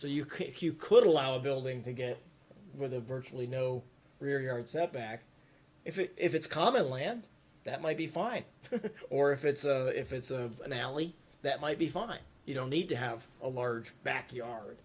could you could allow a building to get with a virtually no rear yard setback if it if it's common land that might be fine or if it's if it's an alley that might be fine you don't need to have a large backyard